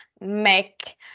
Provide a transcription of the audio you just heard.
make